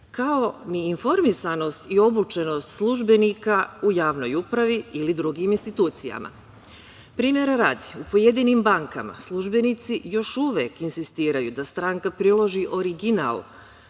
kao ni informisanost i obučenost službenika u javnoj upravi ili drugim institucijama. Primera radi, u pojedinim bankama službenici još uvek insistiraju da stranka priloži original